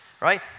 right